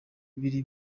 biri